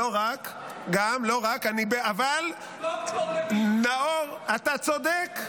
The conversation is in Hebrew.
גם, לא רק, אבל נאור, אתה צודק.